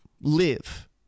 live